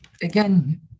Again